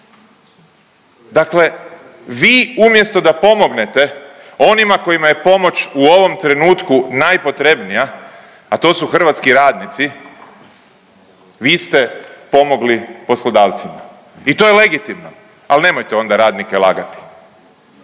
Dakle, vi umjesto da pomognete onima kojima je pomoć u ovom trenutku najpotrebnija, a to su hrvatski radnici vi ste pomogli poslodavcima i to je legitimno, ali nemojte onda radnike lagati.